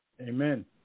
Amen